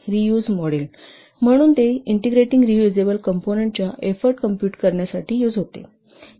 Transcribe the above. reuse model म्हणून ते integrating reusable component च्या एफोर्ट कॉम्पुट करण्यासाठी यूज होते